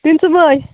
ᱛᱤᱱ ᱥᱳᱢᱳᱭ